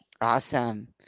Awesome